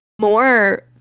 more